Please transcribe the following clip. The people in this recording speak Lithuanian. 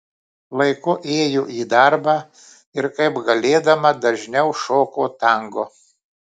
laiku ėjo į darbą ir kaip galėdama dažniau šoko tango